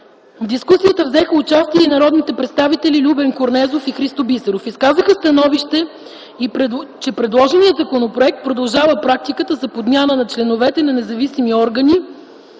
В дискусията взеха участие и народните представители Любен Корнезов и Христо Бисеров. Изказаха становище, че предложеният законопроект продължава практиката за подмяна на членовете на независими органи